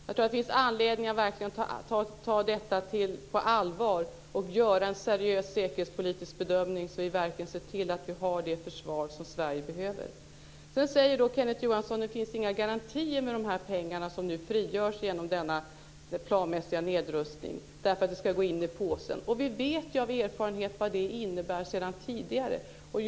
Jag tror att det finns anledning att verkligen ta detta på allvar och göra en seriös säkerhetspolitisk bedömning och att verkligen se till att vi har det försvar som Sverige behöver. Kenneth Johansson säger att det inte finns några garantier med de pengar som nu frigörs genom denna planmässiga nedrustning därför att detta ska gå in i påsen. Av erfarenhet vet vi sedan tidigare vad det innebär.